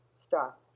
stop